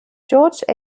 george